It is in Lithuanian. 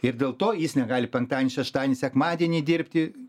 ir dėl to jis negali penktadienį šeštadienį sekmadienį dirbti